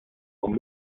con